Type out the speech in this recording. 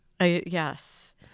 Yes